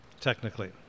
technically